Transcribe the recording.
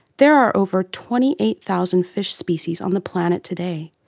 there are over twenty eight thousand fish species on the planet today,